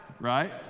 Right